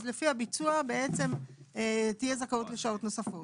אז לפי הביצוע תהיה זכאות לשעות נוספות.